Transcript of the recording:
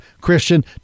Christian